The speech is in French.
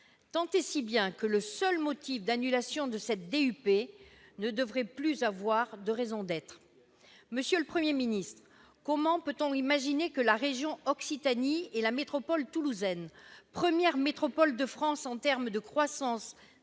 Tant et si bien que le motif d'annulation de cette DUP ne devrait plus avoir de raison d'être. Monsieur le Premier ministre, comment peut-on imaginer que la région Occitanie et la métropole toulousaine, première métropole de France en termes de croissance